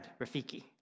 Rafiki